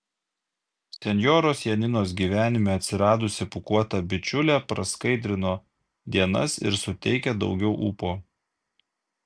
senjoros janinos gyvenime atsiradusi pūkuota bičiulė praskaidrino dienas ir suteikė daugiau ūpo